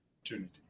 opportunity